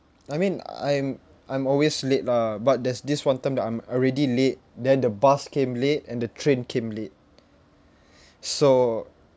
I mean I'm I'm always late lah but there's this one time that I'm already late then the bus came late and the train came late so